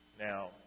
Now